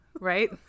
Right